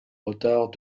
retard